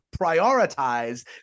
prioritize